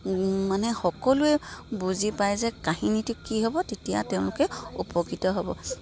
মানে সকলোৱে বুজি পায় যে কাহিনীটো কি হ'ব তেতিয়া তেওঁলোকে উপকৃত হ'ব